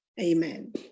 amen